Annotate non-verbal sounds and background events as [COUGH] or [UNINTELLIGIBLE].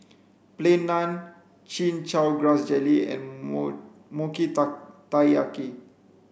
plain naan chin chow grass jelly and [UNINTELLIGIBLE] mochi [UNINTELLIGIBLE] taiyaki